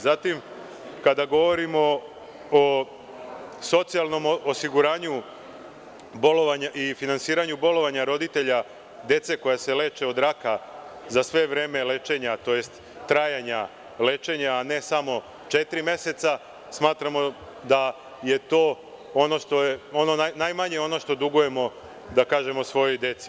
Zatim, kada govorimo o socijalnom osiguranju i finansiranju bolovanja roditelja dece koja se leče od raka za se vreme lečenja, tj. trajanja lečenja, a ne samo četiri meseca, smatramo da je to najmanje što dugujemo svojoj deci.